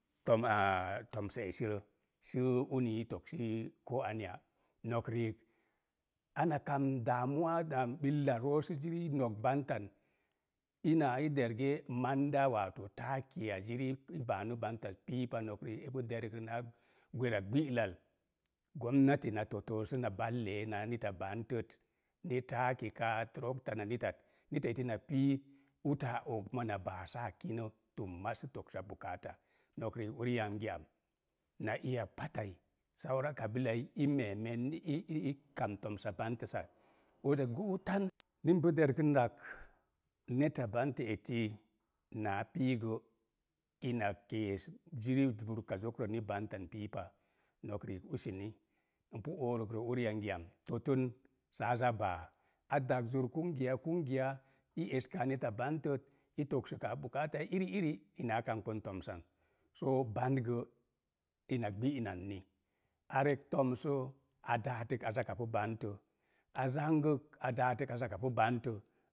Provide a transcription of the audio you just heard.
tomsa esirə, sə uni i toksi ko aneya. Nok riik, ana kam roo sə ziri i nog bantan ina i der ge ziri baanu bantaz piipa, nok riik epu derək rə naa gwera gbiyal, gomnati na totə səna, naa nita bantət, ni kaa, turopta kaa na nitat, nita eti na pii, utə a og mona baa saa kino, sə toksa. Nok riik uri yangi am, na iya pattai, i meemen ni ii kam tomsa bantəsak, oza gu'u ninpu derkən də ak, neta bantə eti, naa piigə, ina kees jiri burkazokrə ni bantan piipa. Nok riik, useni n pu oorəkrə uriyangi am tottən saa za baa. A daks zur, i eska neta bantət, i tokskaa, ina a kanboən toomsan. Soo bant gə, ina gbinanni. Arek toomso, a daatək a zaka pu bantə,